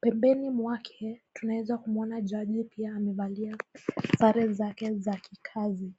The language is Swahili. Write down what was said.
Pembeni mwake tunaweza kumuona jaji pia amevalia sare zake za kikazi.